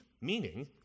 meaning